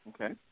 Okay